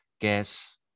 gas